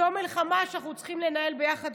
זו מלחמה שאנחנו צריכים לנהל ביחד,